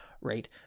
right